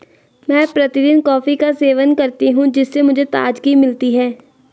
मैं प्रतिदिन कॉफी का सेवन करती हूं जिससे मुझे ताजगी मिलती है